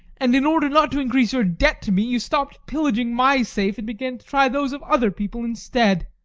and in order not to increase your debt to me, you stopped pillaging my safe and began to try those of other people instead.